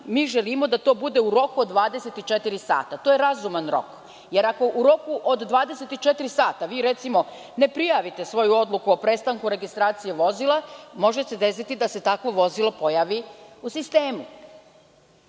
Mi želimo da to bude u roku od 24 sata. To je razuman rok. Jer, ako u roku od 24 sata vi, recimo, ne prijavite svoju odluku o prestanku registracije vozila, može se desiti da se takvo vozilo pojavi u sistemu,